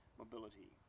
mobility